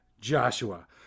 Joshua